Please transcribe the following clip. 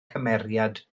cymeriad